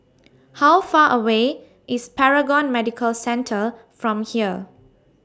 How Far away IS Paragon Medical Centre from here